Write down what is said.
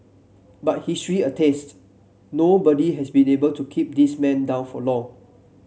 but history attests nobody has been able to keep this man down for long